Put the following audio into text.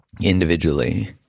individually